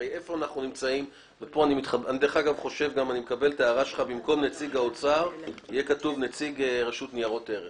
אני מקבל את ההערה שלך לכתוב את הנציג של רשות לניירות ערך